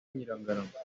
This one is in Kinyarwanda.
nyirangarama